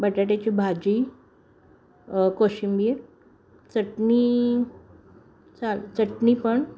बटाट्याची भाजी कोशिंबीर चटणी चाल चटणी पण